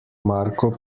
marko